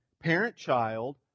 parent-child